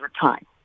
time